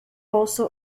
also